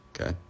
okay